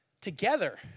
together